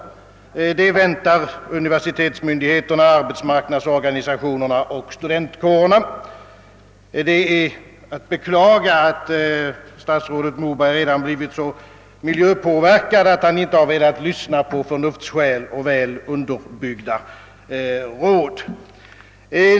Ett sådant besked väntar univer sitetsmyndigheterna, arbetsmarknadsorganisationerna och studentkårerna Det är att beklaga att statsrådet Moberg redan blivit så miljöpåverkad att han inte velat lyssna på förnuftsskäl och väl underbyggda råd.